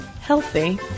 healthy